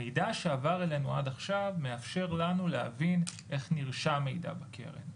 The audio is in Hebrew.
המידע שעבר אלינו עד עכשיו מאפשר לנו להבין איך נרשם מידע בקרן.